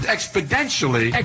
Exponentially